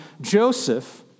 Joseph